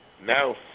No